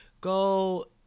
Go